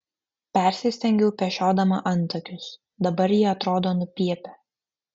persistengiau pešiodama antakius dabar jie atrodo nupiepę